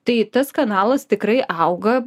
tai tas kanalas tikrai auga